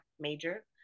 major